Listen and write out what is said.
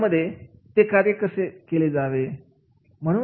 यामध्ये ते कार्य कसे केले जावे